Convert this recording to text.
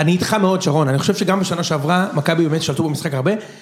אני איתך מאוד שרון, אני חושב שגם בשנה שעברה מכבי באמת שלטו במשחק הרבה